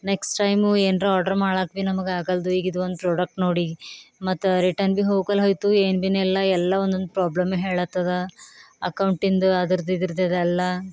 next time ಏನ್ರಾ order ಮಾಡಾಕ ಭೀ ನಮಗೆ ಆಗಲ್ದು ಈಗಿದೊಂದು ಪ್ರೊಡಕ್ಟ್ ನೋಡಿ ಮತ್ತೆ ರಿಟನ್ ಭೀ ಹೋಗೊಲ್ ಹೋಯ್ತು ಏನು ಭೀ ನೆಲ್ಲ ಎಲ್ಲ ಒನ್ನೊಂದು ಪ್ರಾಬ್ಲಮ್ ಹೇಳತ್ತದು ಅಕೌಂಟಿಂದು ಅದ್ರದು ಇದ್ರದು ಅದೆಲ್ಲ